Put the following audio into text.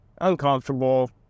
uncomfortable